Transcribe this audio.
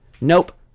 Nope